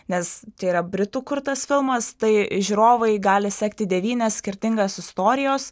nes tai yra britų kurtas filmas tai žiūrovai gali sekti devynias skirtingas istorijos